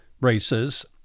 races